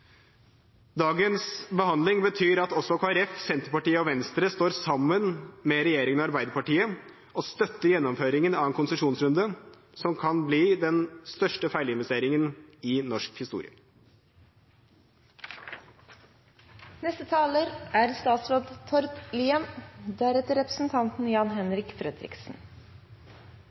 Dagens behandling betyr at også Kristelig Folkeparti, Senterpartiet og Venstre står sammen med regjeringen og Arbeiderpartiet og støtter gjennomføringen av en konsesjonsrunde som kan bli den største feilinvesteringen i norsk